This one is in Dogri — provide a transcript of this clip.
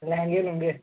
लैहंगे लुहंगे